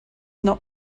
not